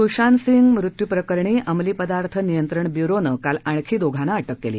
सुशांत सिंग मृत्यू प्रकरणी अंमली पदार्थ नियंत्रण ब्यूरोनं काल आणखी दोघांना अटक केली